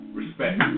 respect